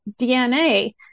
DNA